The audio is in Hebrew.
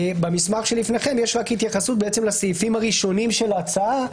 במסמך שלפניכם יש התייחסות רק לסעיפים הראשונים של ההצעה.